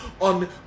on